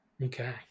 Okay